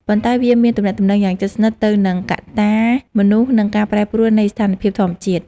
ប៉ុន្តែវាមានទំនាក់ទំនងយ៉ាងជិតស្និទ្ធទៅនឹងកត្តាមនុស្ស និងការប្រែប្រួលនៃស្ថានភាពធម្មជាតិ។